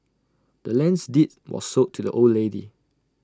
the land's deeds was sold to the old lady